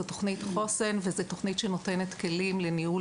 זו תוכנית חוסן וזו תוכנית שנותנת כלים לניהול